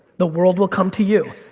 the world will come to you.